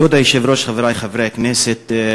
כבוד היושב-ראש, חברי חברי הכנסת,